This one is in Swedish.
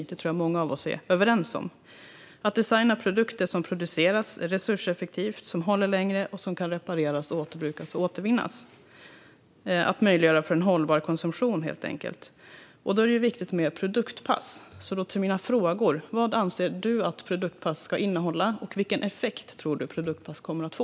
Det tror jag att många av oss är överens om. Det handlar om att designa produkter som produceras resurseffektivt, håller längre och kan repareras, återbrukas och återvinnas - att möjliggöra för en hållbar konsumtion, helt enkelt. Då är det viktigt med produktpass. Nu kommer jag till mina frågor: Vad anser du, Per Bolund, att produktpass ska innehålla? Vilken effekt tror du att produktpass kommer att få?